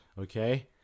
okay